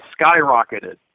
skyrocketed